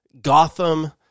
Gotham